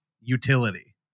utility